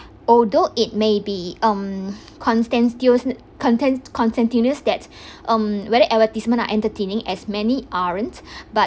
although it may be um contentious content~ contentious that um whether advertisement are entertaining as many aren't but